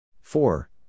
Four